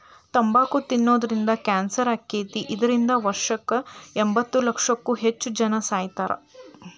ತಂಬಾಕ್ ತಿನ್ನೋದ್ರಿಂದ ಕ್ಯಾನ್ಸರ್ ಆಕ್ಕೇತಿ, ಇದ್ರಿಂದ ವರ್ಷಕ್ಕ ಎಂಬತ್ತಲಕ್ಷಕ್ಕೂ ಹೆಚ್ಚ್ ಜನಾ ಸಾಯಾಕತ್ತಾರ